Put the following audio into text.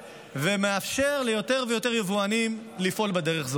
ומאפשר ליותר ויותר יבואנים לפעול בדרך זאת.